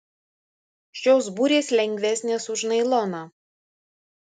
šios burės lengvesnės už nailoną